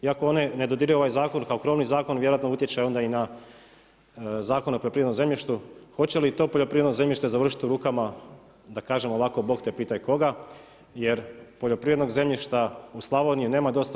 Iako one ne dodiruju ovaj zakon kao krovni zakon vjerojatno utječe onda i na Zakon o poljoprivrednom zemljištu, hoće li to poljoprivredno zemljište završiti u rukama da kažem ovako Bog te pitaj koga jer poljoprivrednog zemljišta u Slavoniji nema dosta.